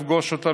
נמשיך,